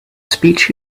speech